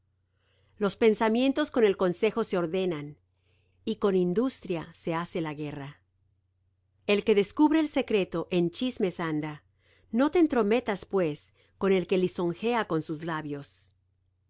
los pensamientos con el consejo se ordenan y con industria se hace la guerra el que descubre el secreto en chismes anda no te entrometas pues con el que lisonjea con sus labios el